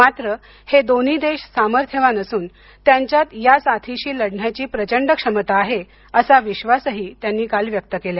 मात्र हे दोन्ही देश सामर्थ्यवान असून त्यांच्यात या साथीशी लढण्याची प्रचंड क्षमता आहे असा विश्वासही त्यांनी काल व्यक्त केला